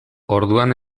orduan